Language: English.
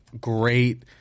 great